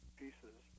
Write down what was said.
pieces